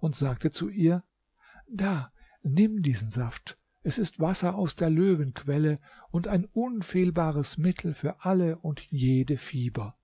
und sagte zu ihr da nimm diesen saft es ist wasser aus der löwenquelle und ein unfehlbares mittel für alle und jede fieber